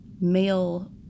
male